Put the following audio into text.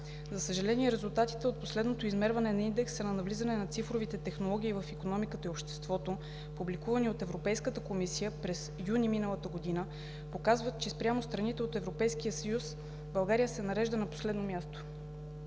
За съжаление, резултатите от последното измерване на индекса на навлизане на цифровите технологии в икономиката и обществото, публикувани от Европейската комисия през месец юни миналата година, показват, че спрямо страните от Европейския съюз България се нарежда на последно място.